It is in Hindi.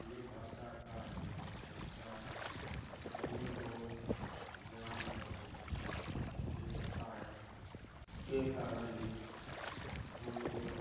हिन्दी भाषा की ही अपेक्षा आदमी को ज्ञान और बुद्धि का होता है इसके कारण ही हमलोग